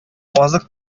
азык